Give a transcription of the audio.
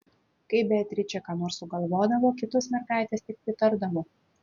kai beatričė ką nors sugalvodavo kitos mergaitės tik pritardavo